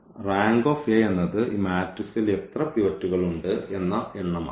rank എന്നത് ഈ മാട്രിക്സിൽ എത്ര പിവറ്റുകൾ ഉണ്ട് എന്ന എണ്ണം ആണ്